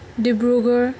Dibrugarh